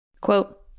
Quote